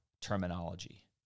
terminology